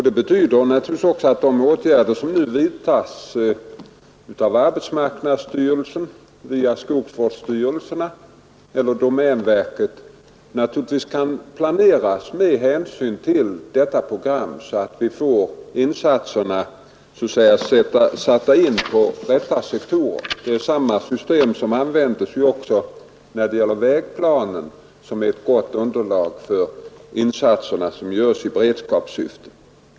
Det betyder naturligtvis också att de åtgärder som nu vidtas av arbetsmarknadsstyrelsen via skogsvårdsstyrelserna eller domänverket kan planeras med hänsyn till detta program, så att insatserna sätts in på rätta sektorer. Det är samma system som används när det gäller vägplanen, som är ett gott underlag för de insatser som görs i beredskapssyfte.